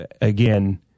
again